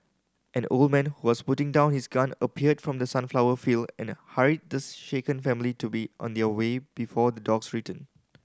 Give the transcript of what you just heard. an old man who was putting down his gun appeared from the sunflower field and hurried the shaken family to be on their way before the dogs return